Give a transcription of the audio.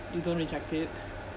you don't reject it